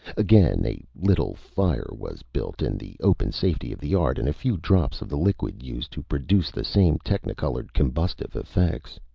again, a little fire was built in the open safety of the yard and a few drops of the liquid used to produce the same technicolored, combustive effects.